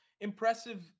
impressive